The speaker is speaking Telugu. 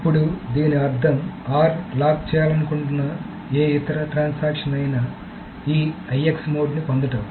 ఇప్పుడు దీని అర్థం r లాక్ చేయాలనుకుంటున్న ఏ ఇతర ట్రాన్సాక్షన్ అయినా ఈ IX మోడ్ని పొందడం